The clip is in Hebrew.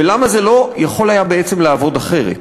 ולמה זה לא יכול היה בעצם לעבוד אחרת.